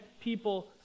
people